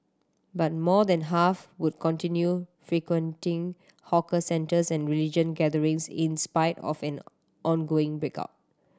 but more than half would continue frequenting hawker centres and religion gatherings in spite of an ongoing break out